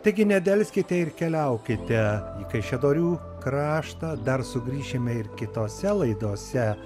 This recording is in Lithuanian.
taigi nedelskite ir keliaukite į kaišiadorių kraštą dar sugrįšime ir kitose laidose